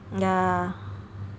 yeah